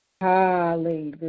Hallelujah